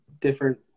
different